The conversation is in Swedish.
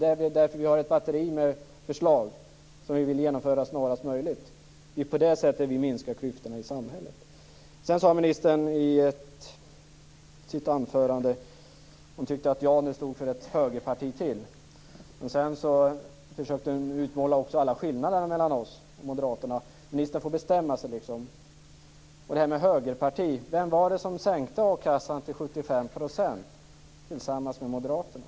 Därför har vi ett batteri med förslag som vi vill genomföra snarast möjligt. På det sättet minskar vi klyftorna i samhället. Ministern sade i sitt anförande att hon tyckte att jag stod för ytterligare ett högerparti. Sedan försökte hon utmåla alla skillnader mellan oss och moderaterna. Ministern får bestämma sig. Och vad gäller det här med högerparti: Vem var det som sänkte ersättningen från a-kassan till 75 % tillsammans med moderaterna?